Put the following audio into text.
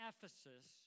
Ephesus